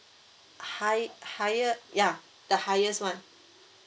hi higher ya the highest one